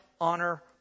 honor